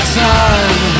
time